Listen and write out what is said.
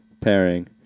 pairing